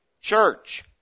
church